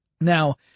Now